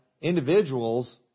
individuals